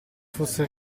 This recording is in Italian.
fosse